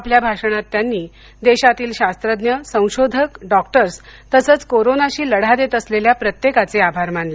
आपल्या भाषणात त्यांनी देशातील शास्त्रज्ञ संशोधक डॉक्टर्स तसंच कोरोनाशी लढा देत असलेल्या प्रत्येकाचे आभार मानले